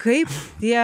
kaip tie